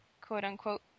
quote-unquote